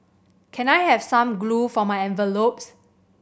can I have some glue for my envelopes